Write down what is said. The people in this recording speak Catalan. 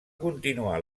continuar